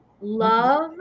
love